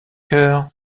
chœur